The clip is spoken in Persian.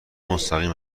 مستقیم